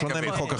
זה שונה מחוק החמץ.